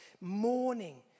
Mourning